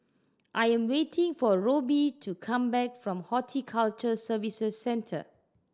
I am waiting for Robbie to come back from Horticulture Services Centre